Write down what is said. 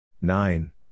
Nine